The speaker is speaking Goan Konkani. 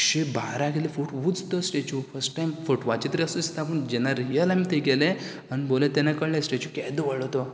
शी बारा कितले फूट उच तो स्टेचु फस्ट टायम फोटवाचेर तरी असो दिसता पूण जेन्ना रियल आमी थंय गेले अणभवलें तेन्ना कळलें स्टेचू केदो व्हडलो तो